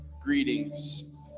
greetings